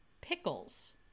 pickles